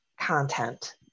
content